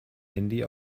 handy